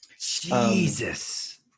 Jesus